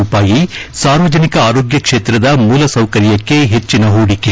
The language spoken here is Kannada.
ರೂಪಾಯಿ ಸಾರ್ವಜನಿಕ ಆರೋಗ್ಲ ಕ್ಷೇತ್ರದ ಮೂಲ ಸೌಕರ್ಯಕ್ಕೆ ಹೆಚ್ಚಿನ ಹೂಡಿಕೆ